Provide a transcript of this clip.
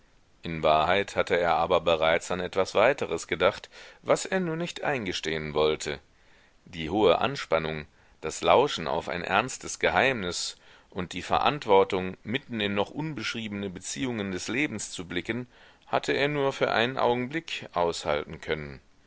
in wahrheit hatte er aber bereits an etwas weiteres gedacht was er nur nicht eingestehen wollte die hohe anspannung das lauschen auf ein ernstes geheimnis und die verantwortung mitten in noch unbeschriebene beziehungen des lebens zu blicken hatte er nur für einen augenblick aushalten können